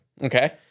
Okay